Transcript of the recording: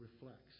reflects